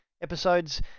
episodes